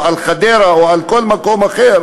או על חדרה או על כל מקום אחר,